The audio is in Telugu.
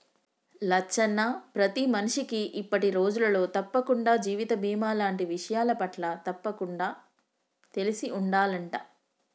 లచ్చన్న ప్రతి మనిషికి ఇప్పటి రోజులలో తప్పకుండా జీవిత బీమా లాంటి విషయాలపట్ల తప్పకుండా తెలిసి ఉండాలంట